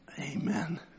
Amen